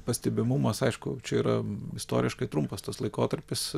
pastebimumas aišku čia yra istoriškai trumpas tas laikotarpis